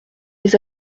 les